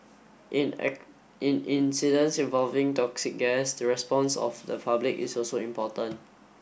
in at in incidents involving toxic gas the response of the public is also important